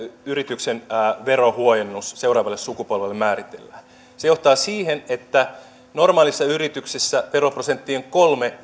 yrityksen verohuojennus seuraavalle sukupolvelle määritellään se johtaa siihen että normaaleilla yrityksillä veroprosentti on kolme